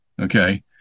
Okay